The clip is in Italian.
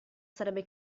sarebbe